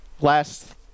last